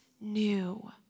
new